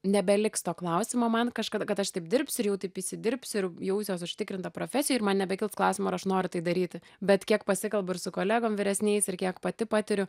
nebeliks to klausimo man kažkada kad aš taip dirbsiu ir jau taip įsidirbsiu ir jausiuos užtikrinta profesijoj ir man nebekils klausimų ar aš noriu tai daryti bet kiek pasikalbu ir su kolegom vyresniais ir kiek pati patiriu